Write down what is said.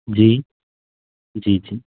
जी जी जी